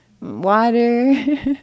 water